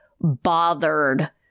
bothered